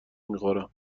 میخورم